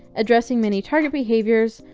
addressing many target behaviors,